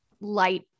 light